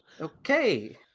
Okay